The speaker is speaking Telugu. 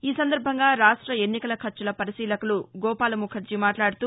ఈ సందర్బంగా రాష్ట ఎన్నికల ఖర్చుల పరిశీలకులు గోపాల ముఖర్జీ మాట్లాడుతూ